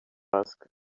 asked